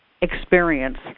experience